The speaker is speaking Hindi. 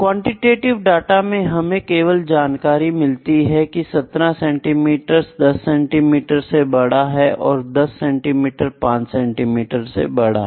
क्वांटिटीव डाटा में हमें केवल जानकारी मिलती है कि 17 सेंटीमीटर 10 सेंटीमीटर से बड़ा है और 10 सेंटीमीटर 5 सेंटीमीटर से बड़ा है